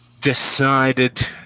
decided